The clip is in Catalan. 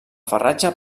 farratge